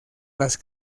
las